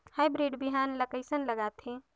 Hybrid बिहान ला कइसन लगाथे?